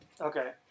Okay